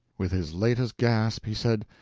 with his latest gasp he said,